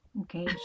okay